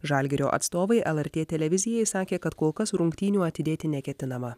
žalgirio atstovai lrt televizijai sakė kad kol kas rungtynių atidėti neketinama